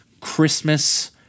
Christmas